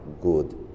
good